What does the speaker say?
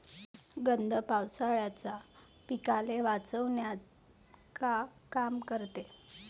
गंध सापळ्याचं पीकाले वाचवन्यात का काम रायते?